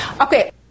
Okay